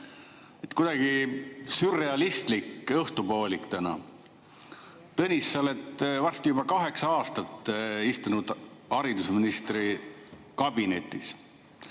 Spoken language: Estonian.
Kuidagi sürrealistlik õhtupoolik täna. Tõnis, sa oled varsti juba kaheksa aastat istunud haridusministri kabinetis.